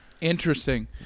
Interesting